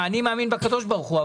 ואני מאמין בקדוש ברוך הוא.